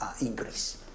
increase